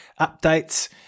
updates